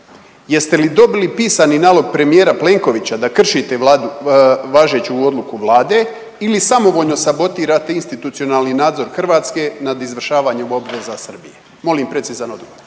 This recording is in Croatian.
Jeste li dobili pisani nalog premijera Plenkovića da kršite važeću odluku vlade ili samovoljno sabotirate institucionalni nadzor Hrvatske nad izvršavanjem obveza Srbije? Molim precizan odgovor.